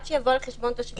שיבוא על חשבון תושבי אילת.